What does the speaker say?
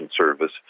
Service